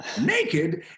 naked